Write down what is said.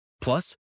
Plus